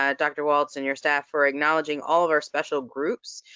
ah dr. walts, and your staff, for acknowledging all of our special groups.